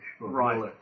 Right